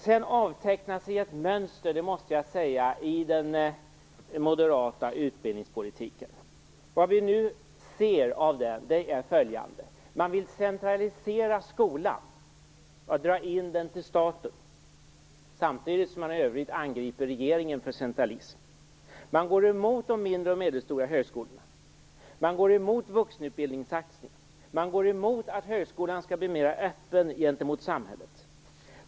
Jag måste säga att det avtecknar sig ett mönster i den moderata utbildningspolitiken. Vad vi nu ser av den är följande. Man vill centralisera skolan och föra in den under staten, samtidigt som man i övrigt angriper regeringen för centralism. Man går emot de mindre och medelstora högskolorna. Man går emot vuxenutbildningssatsningarna. Man går emot att högskolan skall bli mera öppen gentemot samhället.